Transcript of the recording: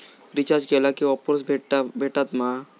Recharge केला की offers भेटात मा?